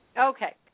Okay